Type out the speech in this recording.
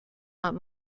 not